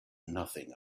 nothing